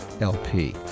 LP